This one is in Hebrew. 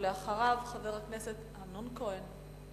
אחריו, חבר הכנסת אמנון כהן.